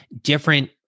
different